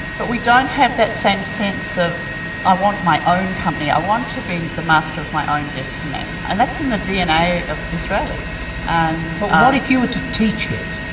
but we don't have that same sense of i want my own company, i want to be the master of my own destiny, and that's in the dna of israelis. but and ah what if you were to teach it,